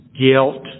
guilt